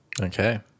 Okay